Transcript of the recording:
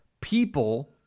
people